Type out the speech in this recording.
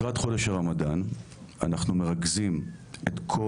לקראת חודש הרמדאן אנחנו מרכזים את כל